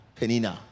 Penina